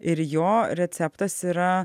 ir jo receptas yra